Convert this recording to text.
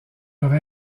leur